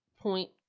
point